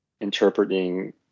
interpreting